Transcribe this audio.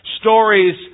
Stories